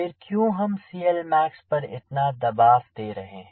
फिर क्यों हम CLmax पर इतना दबाव दे रहे हैं